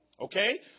Okay